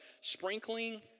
sprinkling